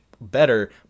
better